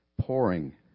pouring